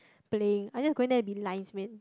playing I'm just going there to be lines man